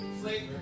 flavor